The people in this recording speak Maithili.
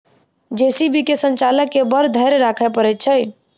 जे.सी.बी के संचालक के बड़ धैर्य राखय पड़ैत छै